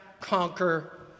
conquer